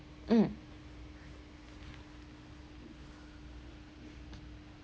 mm